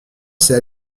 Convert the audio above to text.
c’est